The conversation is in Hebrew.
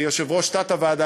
כיושב-ראש תת-הוועדה,